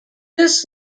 this